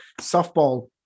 softball